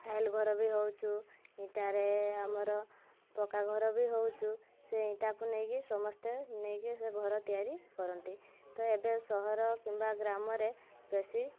tile ଘର ବି ହଉଛୁ ଇଟାରେ ଆମର ପକ୍କା ଘର ବି ହଉଛୁ ସେ ଇଟାକୁ ନେଇକି ସମସ୍ତେ ନେଇକି ସେ ଘର ତିଆରି କରନ୍ତି ତ ଏବେ ସହର କିମ୍ବା ଗ୍ରାମରେ ବେଶୀ